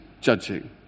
judging